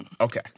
Okay